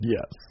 Yes